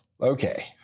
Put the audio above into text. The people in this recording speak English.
okay